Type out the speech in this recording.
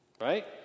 Right